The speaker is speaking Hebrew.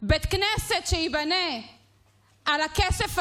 בית כנסת שייבנה על הכסף הזה,